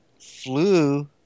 flew